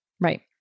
Right